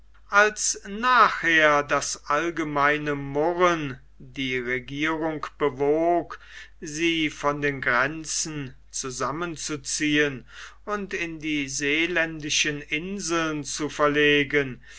als nachher das allgemeine murren die regierung bewog sie von den grenzen zusammenzuziehen und in die seeländischen inseln zu verlegen